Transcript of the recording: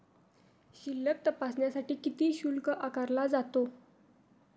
शिल्लक तपासण्यासाठी किती शुल्क आकारला जातो?